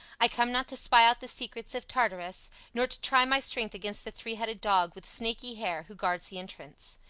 i come not to spy out the secrets of tartarus, nor to try my strength against the three-headed dog with snaky hair who guards the entrance.